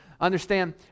Understand